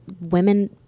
women